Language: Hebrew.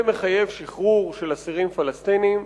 זה מחייב שחרור של אסירים פלסטינים.